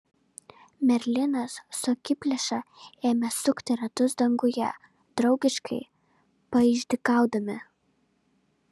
merlinas su akiplėša ėmė sukti ratus danguje draugiškai paišdykaudami